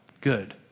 good